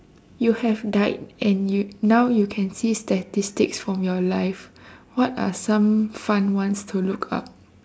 you have died and you now you can see statistics from your life what are some fun ones to look up